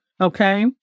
Okay